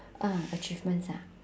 uh achievements ah